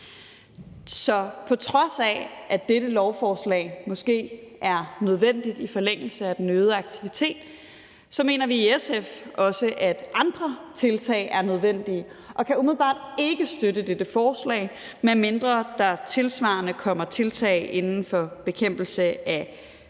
Så på trods af at dette lovforslag måske er nødvendigt i forlængelse af den øgede aktivitet, mener vi i SF også, at andre tiltag er nødvendige, og kan umiddelbart ikke støtte dette forslag, medmindre der tilsvarende kommer tiltag inden for bekæmpelse af